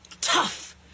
tough